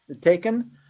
taken